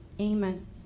Amen